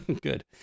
Good